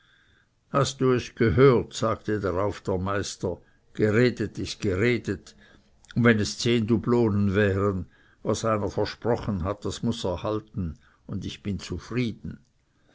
hast du es gehört sagte dar auf der meister geredet ist geredet und wenn es zehn dublonen wären was einer versprochen hat das muß er halten und ich bin zufrieden